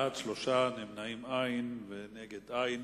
בעד, 3, אין נמנעים ואין מתנגדים.